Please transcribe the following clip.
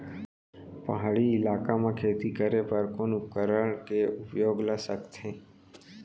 पहाड़ी इलाका म खेती करें बर कोन उपकरण के उपयोग ल सकथे?